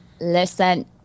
Listen